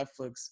Netflix